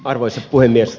arvoisa puhemies